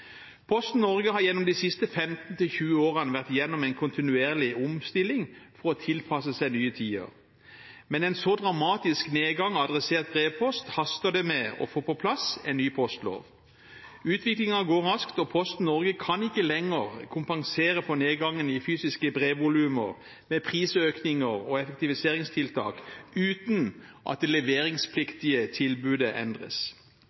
Posten Norge har gjennom de siste 15–20 årene vært gjennom en kontinuerlig omstilling for å tilpasse seg nye tider. Med en så dramatisk nedgang av adressert brevpost haster det med å få på plass en ny postlov. Utviklingen går raskt, og Posten Norge kan ikke lenger kompensere for nedgangen i fysiske brevvolumer med prisøkninger og effektiviseringstiltak uten at det leveringspliktige tilbudet endres.